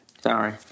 Sorry